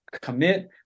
commit